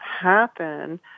happen